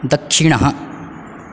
दक्षिणः